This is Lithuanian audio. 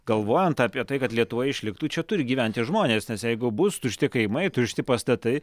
galvojant apie tai kad lietuva išliktų čia turi gyventi žmonės nes jeigu bus tušti kaimai tušti pastatai